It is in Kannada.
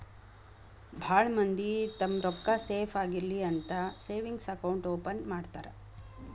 ಭಾಳ್ ಮಂದಿ ತಮ್ಮ್ ರೊಕ್ಕಾ ಸೇಫ್ ಆಗಿರ್ಲಿ ಅಂತ ಸೇವಿಂಗ್ಸ್ ಅಕೌಂಟ್ ಓಪನ್ ಮಾಡ್ತಾರಾ